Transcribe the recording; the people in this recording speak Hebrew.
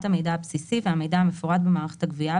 המידע הבסיסי והמידע המפורט במערכת הגבייה,